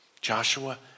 Joshua